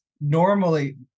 normally